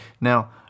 Now